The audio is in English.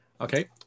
okay